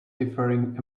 differing